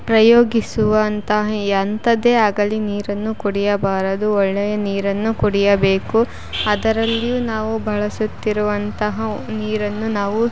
ಪ್ರಯೋಗಿಸುವಂತಹ ಎಂಥದೇ ಆಗಲಿ ನೀರನ್ನು ಕುಡಿಯಬಾರದು ಒಳ್ಳೆಯ ನೀರನ್ನು ಕುಡಿಯಬೇಕು ಅದರಲ್ಲಿಯೂ ನಾವು ಬಳಸುತ್ತಿರುವಂತಹ ನೀರನ್ನು ನಾವು